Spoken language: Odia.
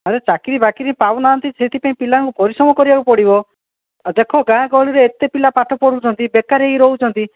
ଆରେ ଚାକିରୀବାକିରି ପାଉନାହାନ୍ତି ସେଥିପାଇଁ ପିଲାଙ୍କୁ ପରିଶ୍ରମ କରିବାକୁ ପଡ଼ିବ ଆଉ ଦେଖ ଗାଁଗହଳିରେ ଏତେ ପିଲା ପାଠ ପଢ଼ୁଛନ୍ତି ବେକାର ହୋଇକି ରହୁଛନ୍ତି